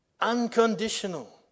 Unconditional